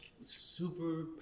super